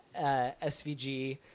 SVG